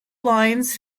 lines